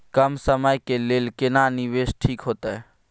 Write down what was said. कम समय के लेल केना निवेश ठीक होते?